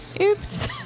Oops